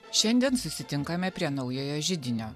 šiandien susitinkame prie naujojo židinio